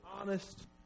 honest